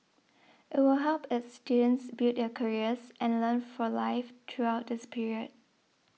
it will help its students build their careers and learn for life throughout this period